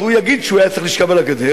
אז הוא יגיד שהוא היה צריך לשכב על הגדר.